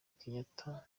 kenyatta